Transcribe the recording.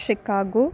Chicago